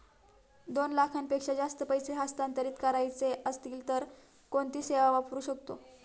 दोन लाखांपेक्षा जास्त पैसे हस्तांतरित करायचे असतील तर कोणती सेवा वापरू शकतो?